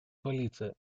полиция